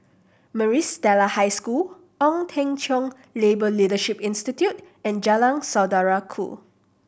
Maris Stella High School Ong Teng Cheong Labour Leadership Institute and Jalan Saudara Ku